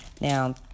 Now